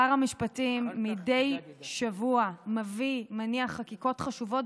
שר המשפטים מדי שבוע מביא חקיקות חשובות